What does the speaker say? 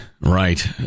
right